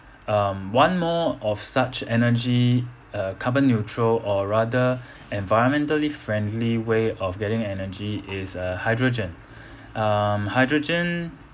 um one more of such energy uh carbon neutral or rather environmentally friendly way of getting energy is uh hydrogen um hydrogen